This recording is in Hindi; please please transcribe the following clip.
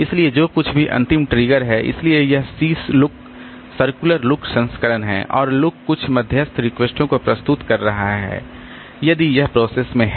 इसलिए जो कुछ भी अंतिम ट्रिगर है इसलिए यह C LOOK सर्कुलर LOOK संस्करण है और LOOK कुछ मध्यस्थ रिक्वेस्टों को प्रस्तुत कर रहा है यदि यह प्रोसेस में है